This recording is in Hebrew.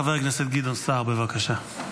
חבר הכנסת גדעון סער, בבקשה.